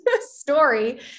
story